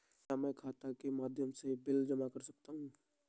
क्या मैं खाता के माध्यम से बिल जमा कर सकता हूँ?